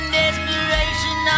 desperation